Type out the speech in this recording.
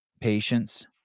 patience